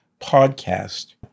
podcast